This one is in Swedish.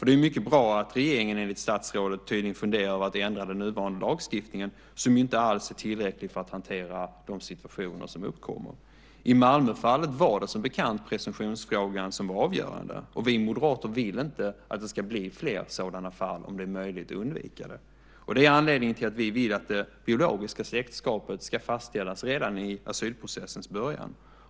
Det är mycket bra att regeringen enligt statsrådet tydligen funderar på att ändra den nuvarande lagstiftningen, som ju inte alls är tillräcklig för att hantera de situationer som uppkommer. I Malmöfallet var det, som bekant, presumtionsfrågan som var avgörande. Vi moderater vill inte att det ska bli fler sådana fall om det är möjligt att undvika det. Det är anledningen till att vi vill att det biologiska släktskapet ska fastställas redan i asylprocessens början.